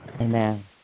Amen